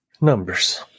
Numbers